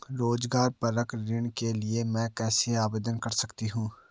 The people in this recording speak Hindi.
रोज़गार परक ऋण के लिए मैं कैसे आवेदन कर सकतीं हूँ?